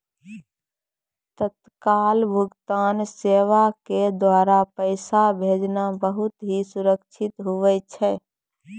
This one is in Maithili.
तत्काल भुगतान सेवा के द्वारा पैसा भेजना बहुत ही सुरक्षित हुवै छै